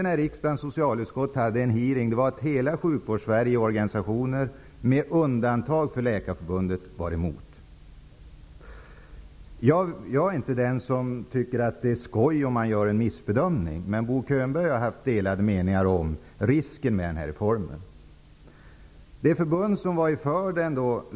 När riksdagens socialutskott genomförde en hearing var alla organisationer i Sjukvårdssverige, med undantag för Läkarförbundet, emot. Jag är inte den som tycker att det är skoj om någon gör en missbedömning. Bo Könberg och jag har haft delade meningar om risken med den här reformen. Läkarförbundet var för reformen.